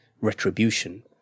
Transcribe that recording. retribution